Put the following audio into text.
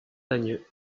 dagneux